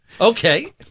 Okay